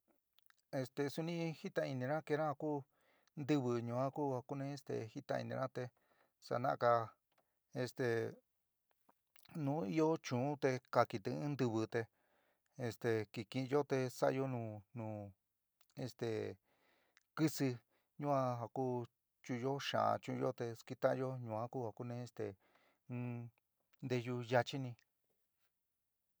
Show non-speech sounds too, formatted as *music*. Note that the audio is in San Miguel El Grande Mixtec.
Este suni jitain inina keéna ja ku ntiwi ñua ku kuni *unintelligible* jitain inina te sana'aga este nu io chuun te kakitɨ in ntiwi te este kikɨnyo te sa'ayo nu nu este kɨsi ñua ja ku chu'unyo xa'an chu'unyo te sketaányo ñua ku ja kuni este in nteyu yachini.